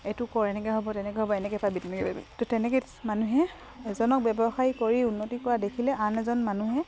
এইটো কৰ এনেকে হ'ব তেনেকে হ'ব এনেকে তেনেকে মানুহে এজনক ব্যৱসায় কৰি উন্নতি কৰা দেখিলে আন এজন মানুহে